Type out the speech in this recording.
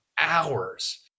hours